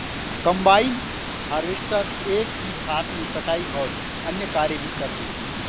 combine harvester एक ही साथ में कटाई और अन्य कार्य भी कर देती है